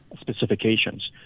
specifications